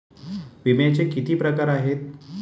विम्याचे किती प्रकार आहेत?